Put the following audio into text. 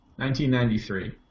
1993